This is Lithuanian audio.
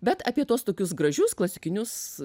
bet apie tuos tokius gražius klasikinius